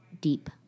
deep